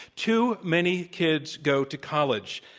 too many kids go to college.